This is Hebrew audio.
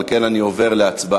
על כן אני עובר להצבעה